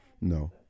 No